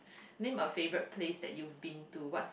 name a favorite place that you've been to what